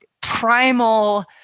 primal